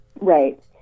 Right